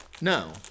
No